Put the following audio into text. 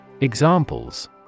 Examples